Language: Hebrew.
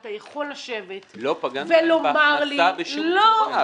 ואתה יכול לשבת ולומר לי --- לא פגענו להם בהכנסה בשום צורה.